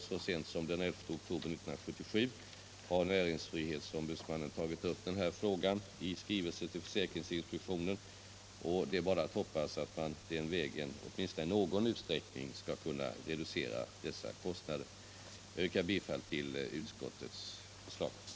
Så sent som den 11 oktober 1977 har näringsfrihetsombudsmannen tagit upp den här frågan i en skrivelse till försäkringsinspek tionen. Det är bara att hoppas att man den vägen åtminstone i någon utsträckning skall kunna reducera dessa kostnader. Jag yrkar bifall till utskottets hemställan.